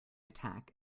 attack